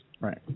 Right